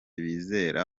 bizera